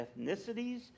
ethnicities